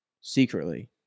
secretly